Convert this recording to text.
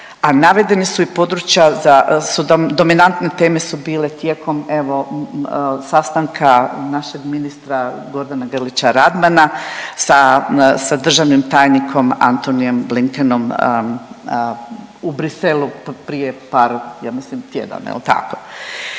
a navedena su i područja, dominantne teme su bile tijekom evo sastanka našeg ministra Gordana Grlića Radmana sa državnim tajnikom Antonyom Blinkenom u Bruxellesu prije pat ja